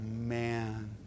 man